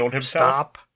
stop